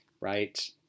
right